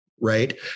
Right